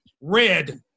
Red